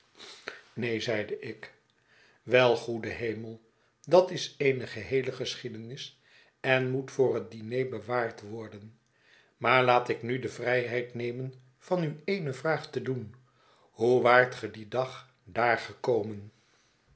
neen zeide ik wel goede hemel dat is eene geheele geschiedenis en moet voor het diner bewaard worden maar laat ik nu de vrijheid nemen van u ene vraag te t doen hoe waart ge dien dag daar gekomen